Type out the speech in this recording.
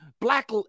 black